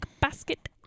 basket